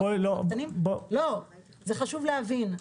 בואי לא -- חשוב להבין את זה.